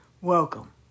welcome